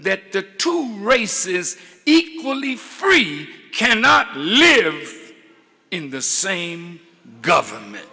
that the two race is equally free cannot live in the same government